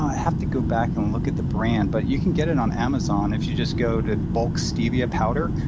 have to go back and look at the brand, but you can get it on amazon if you just go to bulk stevia powder,